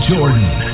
Jordan